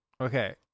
Okay